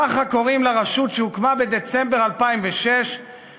ככה קוראים לרשות שהוקמה בדצמבר 2006 ביוזמה